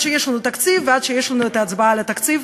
שיש לנו תקציב ועד שיש לנו את ההצבעה על התקציב.